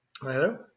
Hello